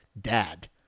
dad